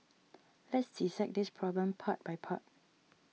let's dissect this problem part by part